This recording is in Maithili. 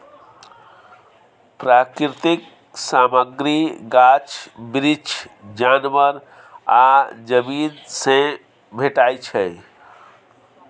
प्राकृतिक सामग्री गाछ बिरीछ, जानबर आ जमीन सँ भेटै छै